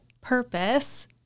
purpose